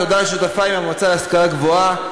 תודה לשותפי במועצה להשכלה גבוהה,